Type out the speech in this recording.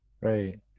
Right